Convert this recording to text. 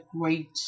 great